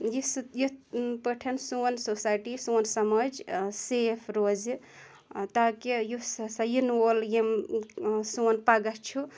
یہِ سُہ یِتھ پٲٹھۍ سون سوسایٹی سون سماج سیف روزِ تاکہِ یُس ہَسا یِنہٕ وول یِم سون پَگاہ چھُ